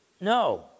No